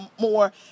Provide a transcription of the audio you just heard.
more